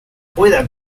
pueda